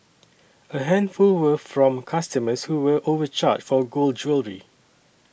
a handful were from customers who were overcharged for gold jewellery